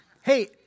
Hey